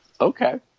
Okay